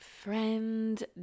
friend